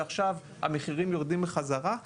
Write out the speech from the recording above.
ועכשיו המחירים יורדים בחזרה.